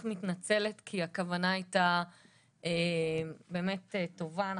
אני מתנצלת כי הכוונה הייתה באמת טובה.